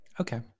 Okay